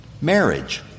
Marriage